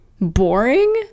boring